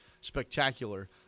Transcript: spectacular